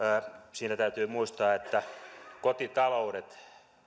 siinä täytyy muistaa että kotitaloudet